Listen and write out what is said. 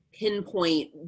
pinpoint